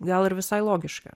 gal ir visai logiška